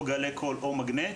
גלי קול או מגנט